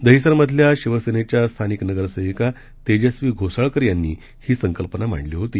दहिसरमधल्या शिवसेनेच्या स्थानिक नगरसेविका तेजस्वी घोसाळकर यांनी ही संकल्पना मांडली होती